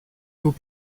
haut